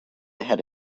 ahead